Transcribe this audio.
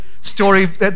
story